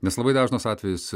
nes labai dažnas atvejis